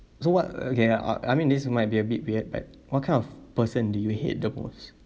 so what uh okay uh I mean this might be a bit weird but what kind of person do you hate the most